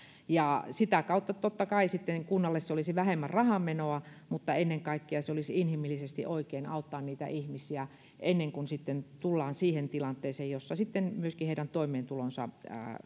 sitä kautta totta kai sitten kunnalle se olisi vähemmän rahanmenoa mutta ennen kaikkea se olisi inhimillisesti oikein auttaa niitä ihmisiä ennen kuin tullaan siihen tilanteeseen jossa sitten myöskin heidän toimeentulonsa